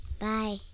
bye